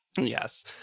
yes